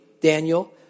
Daniel